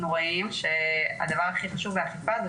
אנחנו רואים שהדבר הכי חשוב באכיפה זה